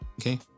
okay